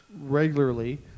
regularly